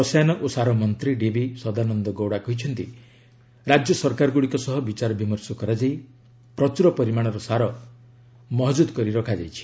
ରସାୟନ ଓ ସାର ମନ୍ତ୍ରୀ ଡିବି ଶ୍ରଦାନନ୍ଦ ଗୌଡ଼ା କହିଛନ୍ତି ରାଜ୍ୟ ସରକାରଗୁଡ଼ିକ ସହ ବିଚାର ବିମର୍ଶ କରାଯାଇ ପ୍ରଚୁର ପରିମାଣର ସାର ମହକୁଦ୍ କରି ରଖାଯାଇଛି